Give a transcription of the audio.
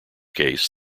case